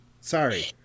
sorry